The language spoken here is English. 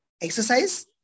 exercise